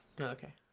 Okay